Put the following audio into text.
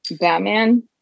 Batman